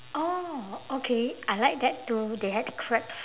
oh okay I like that too they had crabs